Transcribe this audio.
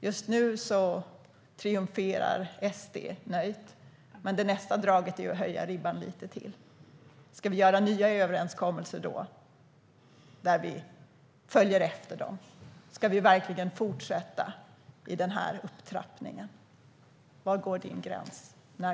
Just nu triumferar SD nöjt, men nästa drag är ju att höja ribban lite till. Ska vi göra nya överenskommelser då, där vi följer efter dem? Ska vi verkligen fortsätta med den här upptrappningen? Var går din gräns, Maria Ferm?